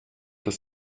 des